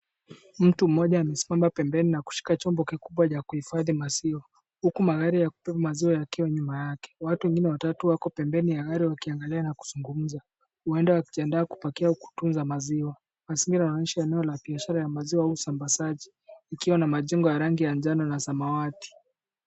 Mtu mmoja amesimama pembeni na kushika chombo kikubwa cha kuhifadhi maziwa huku magari ya kupima maziwa yakiwa nyuma yake. Watu wengine watatu wako pembeni ya gari wakiangalia na kuzungumza. Huenda wanajianda kupakia na kutunza maziwa. Mazingira inaonyesha eneo la biashara ya maziwa ya usambazaji ikiwa na majengo ya rangi ya njano na samawati.